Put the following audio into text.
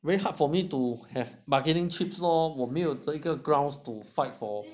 very hard for me to have bargaining chips lor 我没有一个 grounds to fight for